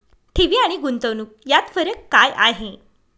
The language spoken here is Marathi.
ठेवी आणि गुंतवणूक यात फरक काय आहे?